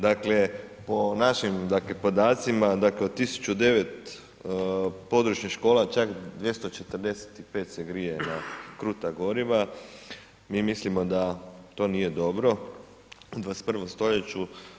Dakle, po našim dakle podacima dakle od 109 područnih škola čak 245 se krije na kruta goriva, mi mislimo da to nije dobro u 21. stoljeću.